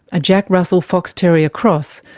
a jack russell fox terrier cross,